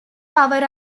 power